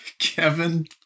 Kevin